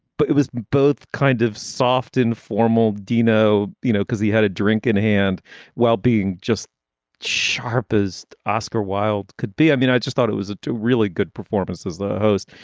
but it was both kind of soft and formal. dino, you know, because he had a drink in hand while being just sharp as oscar wilde could be. i mean, i just thought it was a really good performance as the host.